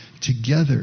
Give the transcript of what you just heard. together